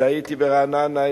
כשהייתי ברעננה,